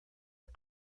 are